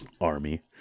Army